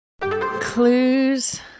clues